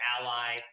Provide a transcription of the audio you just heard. ally